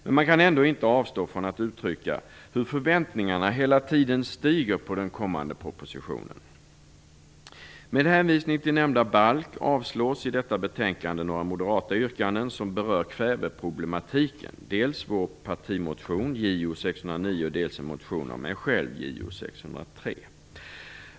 Men man kan ändå inte avstå från att uttrycka att förväntningarna på den kommande propositionen hela tiden stiger. Med hänvisning till nämnda balk avstyrks i detta betänkande några moderata yrkanden som berör kväveproblematiken - dels vår partimotion, Jo609, dels en motion av mig själv, Jo603.